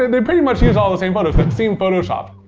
and they pretty much use all the same photos, but seem photoshopped.